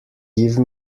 give